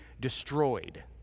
destroyed